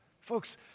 Folks